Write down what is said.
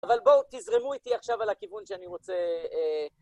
אבל בואו תזרמו איתי עכשיו על הכיוון שאני רוצה...